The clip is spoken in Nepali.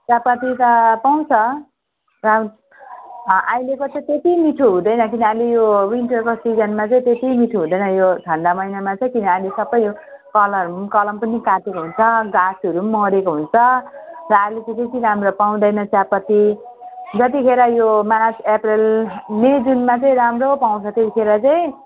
चियापत्ती त पाउँछ र अहिलेको चाहिँ त्यति मिठो हुँदैन किन अहिले यो विनटरको सिजनमा त्यति मिठो हुँदैन यो ठन्डा महिनामा चाहिँ किन अहिले सबै यो कलम कलम पनि काटेको हुन्छ गाछहरू पनि मरेको हुन्छ र अहिले त्यति राम्रो पाउँदैन चियापत्ती जतिखेर यो मार्च अप्रेल मई जुनमा चाहिँ राम्रो पाउँछ त्यतिखेर चाहिँ